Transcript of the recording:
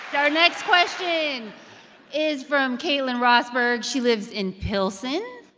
and our next question is from caitlin rosberg. she lives in pilsen.